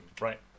right